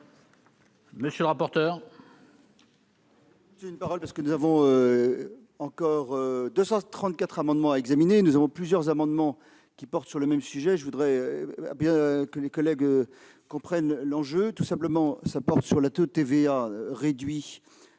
Monsieur le rapporteur